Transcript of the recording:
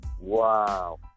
Wow